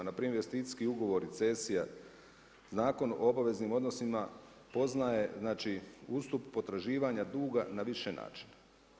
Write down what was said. Npr. investicijski ugovori, cesija, Zakon o obaveznim odnosima, poznaje znači ustup potraživanja duga na više načina.